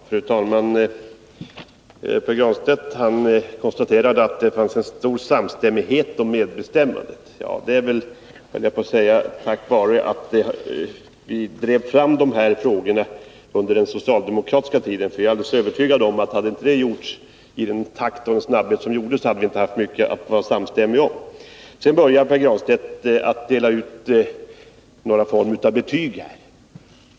Fru talman! Pär Granstedt konstaterade att det fanns en stor samstämmighet om medbestämmandet. Det är väl tack vare att socialdemokraterna drev fram de här frågorna under sin tid i regeringen. Hade det inte gjorts med den snabbhet som skedde hade — det är jag alldeles övertygad om-— vi inte haft mycket att vara samstämmiga om. Pär Granstedt delade i sitt anförande ut något slags betyg.